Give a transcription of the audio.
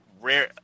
rare